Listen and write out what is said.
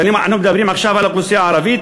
ואנחנו מדברים עכשיו על האוכלוסייה הערבית,